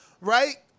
right